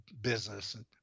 business